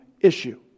issue